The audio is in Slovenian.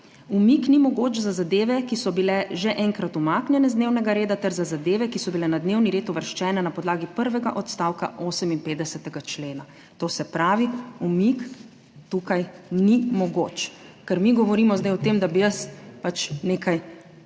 umik ni mogoč za zadeve, ki so bile že enkrat umaknjene z dnevnega reda ter za zadeve, ki so bile na dnevni red uvrščene na podlagi prvega odstavka 58. člena. To se pravi umik tukaj ni mogoč, ker mi govorimo zdaj o tem, da bi jaz nekaj dala